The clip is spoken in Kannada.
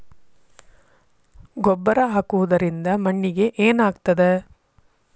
ಗೊಬ್ಬರ ಹಾಕುವುದರಿಂದ ಮಣ್ಣಿಗೆ ಏನಾಗ್ತದ?